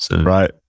Right